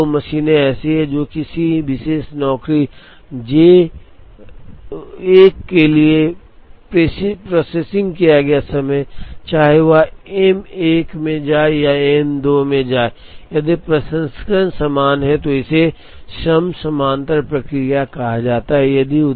यदि ये 2 मशीनें ऐसी हैं तो किसी विशेष नौकरी J 1 के लिए लिया गया प्रोसेसिंग समय चाहे वह M 1 में जाए या M 2 में जाए यदि प्रसंस्करण समान है तो इसे सम समांतर प्रक्रिया कहा जाता है